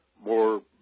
more